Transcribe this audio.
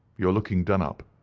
you are looking done-up.